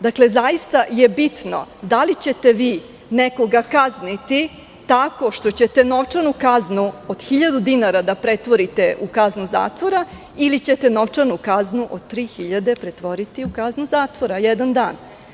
Dakle, zaista je bitno da li ćete vi nekoga kazniti tako što ćete novčanu kaznu od 1.000 dinara da pretvorite u kaznu zatvora, ili ćete novčanu kaznu od 3.000 dinara pretvoriti u kaznu zatvora od jednog dana.